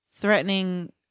threatening